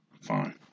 Fine